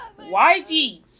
YG